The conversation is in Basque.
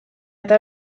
eta